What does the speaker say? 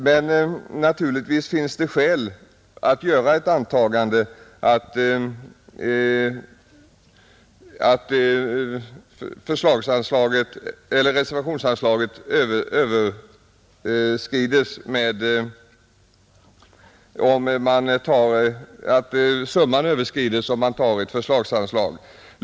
Men naturligtvis finns det skäl att göra ett antagande att summan överskrids om man tar ett förslagsanslag.